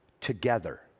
together